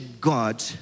God